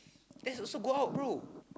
that's also go out bro